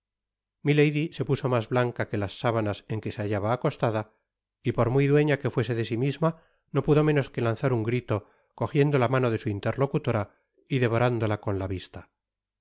milady se puso mas blanca que las sábanas en que se hallaba acostada y por muy dueña que fuese de si misma no pudo menos que lanzar un grito cogiendo la mano de su interlocutora y devorándola con la vista